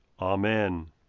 Amen